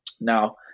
Now